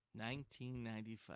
1995